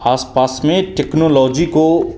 आस पास में टेक्नोलॉजी को